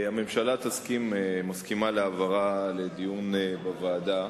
הממשלה מסכימה להעברה לדיון בוועדה.